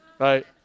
right